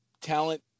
talent